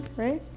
right?